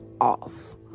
off